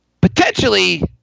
Potentially